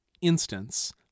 instance